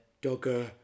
dogger